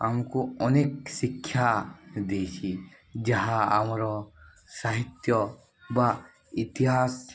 ଆମକୁ ଅନେକ ଶିକ୍ଷା ଦେଇଛି ଯାହା ଆମର ସାହିତ୍ୟ ବା ଇତିହାସ